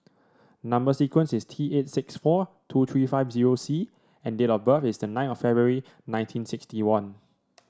number sequence is T eight six four two three five zero C and date of birth is the nine of February nineteen sixty one